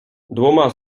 двома